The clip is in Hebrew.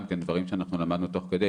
גם כן דברים שאנחנו למדנו תוך כדי.